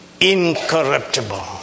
incorruptible